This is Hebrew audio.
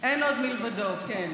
אין עוד מלבדו, כן.